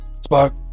Spark